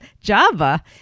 Java